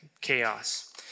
chaos